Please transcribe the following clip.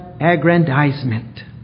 aggrandizement